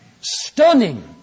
stunning